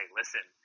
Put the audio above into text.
listen